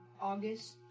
August